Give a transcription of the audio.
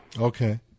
Okay